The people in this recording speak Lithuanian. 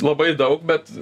labai daug bet